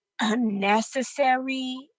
unnecessary